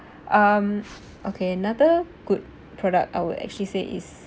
um okay another good product I would actually say is